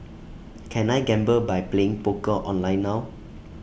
can I gamble by playing poker online now